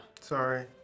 Sorry